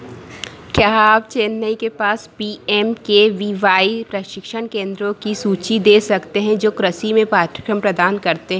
क्या आप चेन्नई के पास P M K V Y प्रशिक्षण केन्द्रों की सूची दे सकते हैं जो कृषि में पाठ्यक्रम प्रदान करते